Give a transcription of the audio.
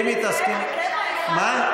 אם היא תסכים, הדיון הזה, בין זאב לכבש?